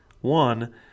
One